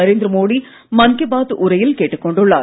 நரேந்திர மோடி மன் கி பாத் உரையில் கேட்டுக் கொண்டுள்ளார்